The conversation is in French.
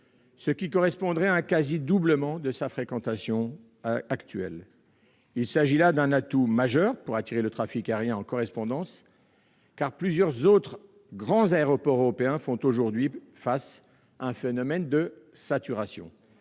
ce qui correspondrait à un quasi-doublement de sa fréquentation actuelle. Il s'agit là d'un atout majeur pour attirer le trafic aérien en correspondance, car plusieurs autres grands aéroports européens font aujourd'hui face à un phénomène de saturation.